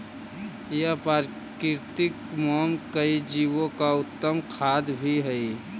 यह प्राकृतिक मोम कई जीवो का उत्तम खाद्य भी हई